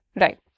Right